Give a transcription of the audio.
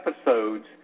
episodes